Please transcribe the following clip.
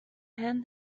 hand